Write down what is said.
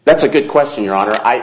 that's a good question your honor i